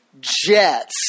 jets